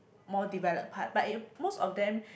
more developed part but it most of them